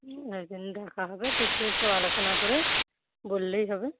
এজেন্টদের খাওয়াবে দেখি একটু আলোচনা করে বললেই হবে